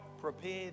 prepared